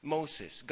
Moses